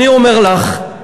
אני אומר לך,